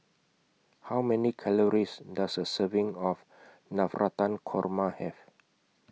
How Many Calories Does A Serving of Navratan Korma Have